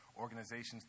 organizations